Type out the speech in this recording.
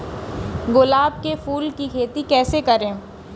गुलाब के फूल की खेती कैसे करें?